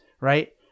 Right